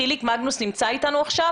נמצא אתנו חיליק מגנוס?